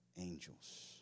Angels